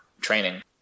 training